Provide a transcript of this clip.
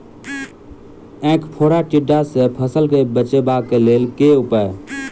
ऐंख फोड़ा टिड्डा सँ फसल केँ बचेबाक लेल केँ उपाय?